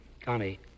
Connie